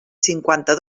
cinquanta